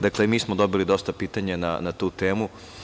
Dakle, mi smo dobili dosta pitanja na tu temu.